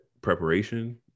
preparation